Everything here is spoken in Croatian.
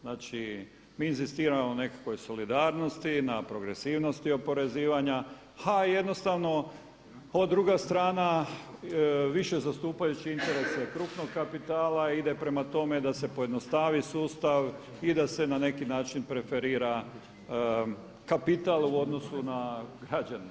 Znači, mi inzistiramo na nekakvoj solidarnosti, na progresivnosti oporezivanja, a jednostavno ova druga strana više zastupajući interese krupnog kapitala ide prema tome da se pojednostavi sustav i da se na neki način preferira kapital u odnosu na građane.